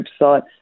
website